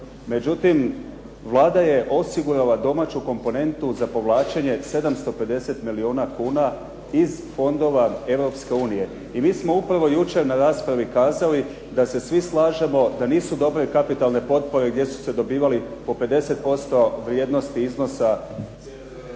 Međutim, Vlada je osigurala domaću komponentu za povlačenje 750 milijuna kuna iz fondova Europske unije i mi smo upravo jučer na raspravi kazali da se svi slažemo da nisu dobre kapitalne potpore gdje su se dobivali po 50% vrijednosti iznosa